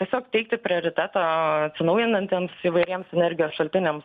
tiesiog teikti prioritetą atsinaujinantiems įvairiems energijos šaltiniams